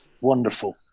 wonderful